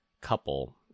couple